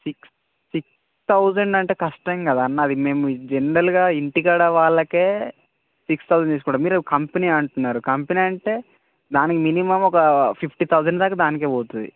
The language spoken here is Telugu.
సిక్స్ సిక్స్ తౌజండ్ అంటే కష్టం కదా అన్న అది మేము జనరల్గా ఇంటి కాడ వాళ్ళకే సిక్స్ తౌజండ్ తీసుకుంటాము మీరు కంపెనీ అంటున్నారు కంపెనీ అంటే దానికి మినిమం ఒక ఫిఫ్టీ తౌజండ్ దాకా దానికే పోతుంది